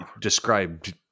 described